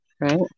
right